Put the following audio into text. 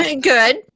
good